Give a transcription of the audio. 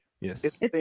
yes